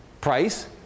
price